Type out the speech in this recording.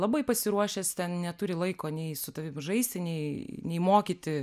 labai pasiruošęs ten neturi laiko nei su tavim žaisti nei nei mokyti